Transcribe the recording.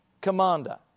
commander